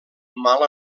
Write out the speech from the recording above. mal